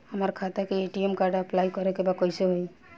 हमार खाता के ए.टी.एम कार्ड अप्लाई करे के बा कैसे होई?